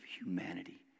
humanity